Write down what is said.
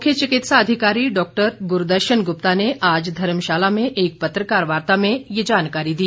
मुख्य चिकित्सा अधिकारी डॉक्टर गुरदर्शन गुप्ता ने आज धर्मशाला में एक पत्रकार वार्ता में ये जानकारी दी